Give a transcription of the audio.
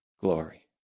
glory